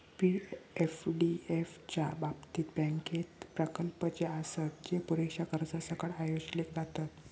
पी.एफडीएफ च्या बाबतीत, बँकेत प्रकल्प जे आसत, जे पुरेशा कर्जासकट आयोजले जातत